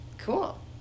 cool